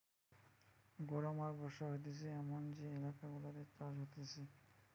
গরম আর বর্ষা হতিছে এমন যে এলাকা গুলাতে চাষ হতিছে